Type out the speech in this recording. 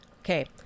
Okay